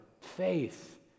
faith